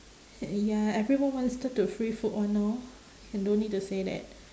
and ya everyone wants the to free food !hannor! and don't need to say that